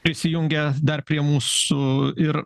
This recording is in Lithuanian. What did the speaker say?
prisijungė dar prie mūsų ir